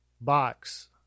box